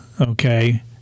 okay